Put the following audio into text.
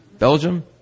Belgium